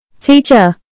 Teacher